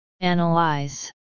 Analyze